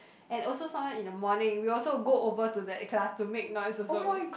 and also sometimes in the morning we also go over to that class to make noise also